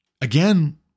again